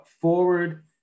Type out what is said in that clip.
forward